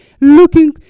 looking